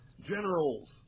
generals